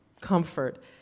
comfort